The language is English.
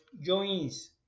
joins